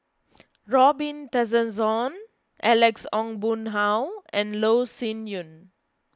Robin Tessensohn Alex Ong Boon Hau and Loh Sin Yun